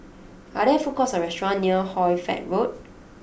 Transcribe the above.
are there food courts or restaurants near Hoy Fatt Road